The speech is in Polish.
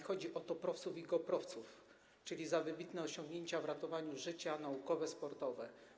Chodzi mi o TOPR-owców i GOPR-owców, czyli za wybitne osiągnięcia w ratowania życia, naukowe, sportowe.